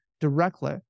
directly